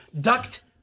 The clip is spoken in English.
Ducked